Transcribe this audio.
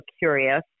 curious